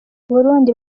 burundi